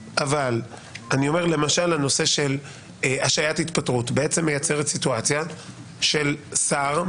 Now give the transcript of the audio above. למשל הנושא של השעיית התפטרות מייצרת סיטואציה ששר,